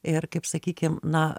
ir kaip sakykim na